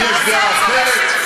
אם יש דעה אחרת,